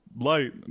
light